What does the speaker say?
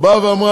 היא באה ואמרה,